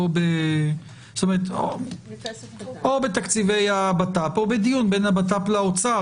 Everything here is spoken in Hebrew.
או בתקציבי הבט"פ או בדיון בין הבט"פ לאוצר.